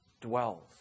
dwells